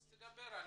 אז תדבר.